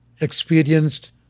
experienced